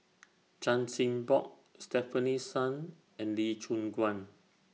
Chan Chin Bock Stefanie Sun and Lee Choon Guan